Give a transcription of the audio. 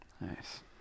Nice